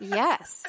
yes